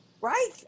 Right